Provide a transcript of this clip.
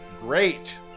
Great